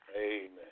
Amen